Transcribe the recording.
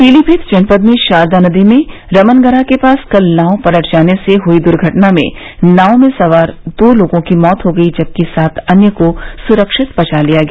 पीलीभीत जनपद में शारदा नदी में रमनगरा के पास कल नाव पलट जाने से हुई दुर्घटना में नाव में सवार दो लोगों मौत हो गयी जबकि सात अन्य को सुरक्षित बचा लिया गया